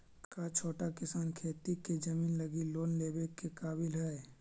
का छोटा किसान खेती के जमीन लगी लोन लेवे के काबिल हई?